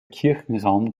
kirchenraum